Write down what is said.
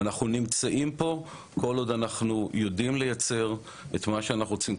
אנחנו נמצאים פה כל עוד אנחנו יודעים לייצר את מה שאנחנו רוצים,